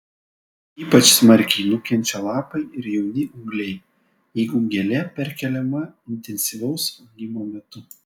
ypač smarkiai nukenčia lapai ir jauni ūgliai jeigu gėlė perkeliama intensyvaus augimo metu